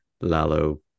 Lalo